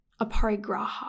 aparigraha